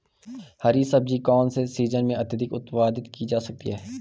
हरी सब्जी कौन से सीजन में अत्यधिक उत्पादित की जा सकती है?